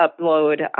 upload